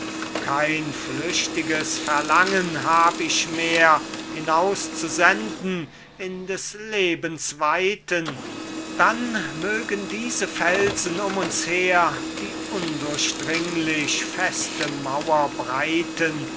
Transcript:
kein flüchtiges verlangen hab ich mehr hinauszusenden in des lebens weiten dann mögen diese felsen um uns her die undurchdringlich feste mauer breiten